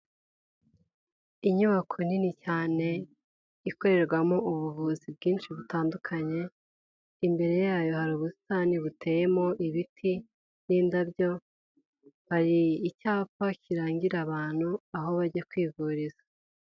Inyubako nini cyane ikorerwamo ubuvuzi bwinshi butandukanye, imbere yayo hari ubusitani buteyemo ibiti n'indabyo hari icyapa kirangira abantu aho bajya kwivuriza.